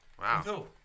wow